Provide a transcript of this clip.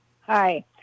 Hi